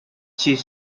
chief